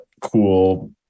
cool